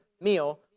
meal